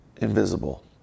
invisible